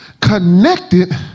connected